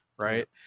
Right